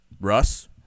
Russ